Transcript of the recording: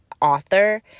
author